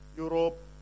Europe